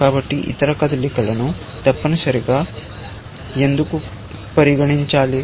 కాబట్టి ఇతర కదలికలను తప్పనిసరిగా ఎందుకు పరిగణించాలి